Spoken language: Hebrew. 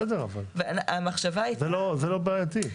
זה בסדר, זה לא בעייתי.